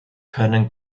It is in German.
können